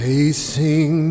Facing